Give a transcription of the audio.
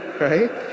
Right